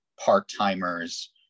part-timers